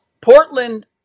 Portland